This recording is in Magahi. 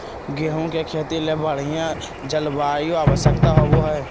गेहूँ के खेती ले बढ़िया जलवायु आवश्यकता होबो हइ